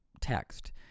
text